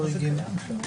החריגים.